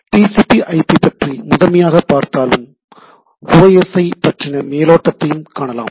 TCP IP பற்றி முதன்மையாக பார்த்தாலும் ஓஎஸ்ஐ பற்றின மேலோட்டத்தையும் காணலாம்